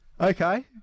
Okay